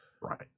Right